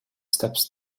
steps